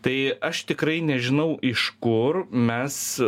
tai aš tikrai nežinau iš kur mes